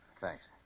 Thanks